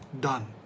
done